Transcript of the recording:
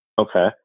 Okay